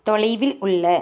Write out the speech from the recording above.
தொலைவில் உள்ள